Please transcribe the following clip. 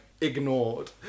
ignored